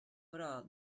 però